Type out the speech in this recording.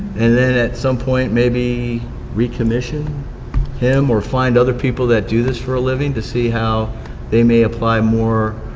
and then at some point, maybe recommission him, or find other people who do this for a living to see how they may apply more,